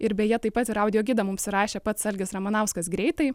ir beje taip pat ir audio gidą mums įrašė pats algis ramanauskas greitai